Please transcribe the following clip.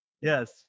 Yes